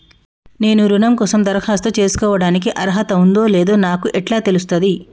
నేను రుణం కోసం దరఖాస్తు చేసుకోవడానికి అర్హత ఉందో లేదో నాకు ఎట్లా తెలుస్తది?